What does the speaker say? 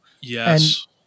Yes